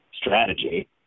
strategy